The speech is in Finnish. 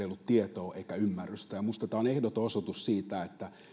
ollut tietoa eikä ymmärrystä minusta tämä on ehdoton osoitus siitä että